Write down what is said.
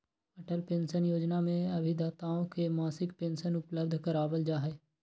Atal pension Yojana में अभिदाताओं के मासिक पेंशन उपलब्ध करावल जाहई